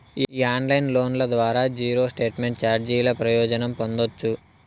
ఈ ఆన్లైన్ లోన్ల ద్వారా జీరో స్టేట్మెంట్ చార్జీల ప్రయోజనం పొందచ్చు